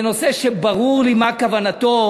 זה נושא שברור לי מה כוונתו,